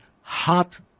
hot